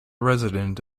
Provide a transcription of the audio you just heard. resident